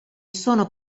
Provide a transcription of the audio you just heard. sono